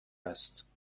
است